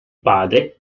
padre